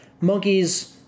monkey's